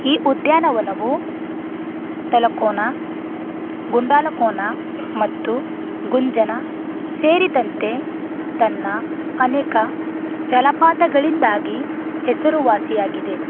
ಈ ಉದ್ಯಾನವನವು ತಲಕೋನ ಗುಂಡಾಲಕೋನ ಮತ್ತು ಗುಂಜನ ಸೇರಿದಂತೆ ತನ್ನ ಅನೇಕ ಜಲಪಾತಗಳಿಂದಾಗಿ ಹೆಸರುವಾಸಿಯಾಗಿದೆ